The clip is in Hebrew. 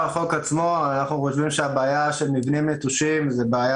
אנחנו חושבים שהבעיה של מבנים נטושים היא בעיה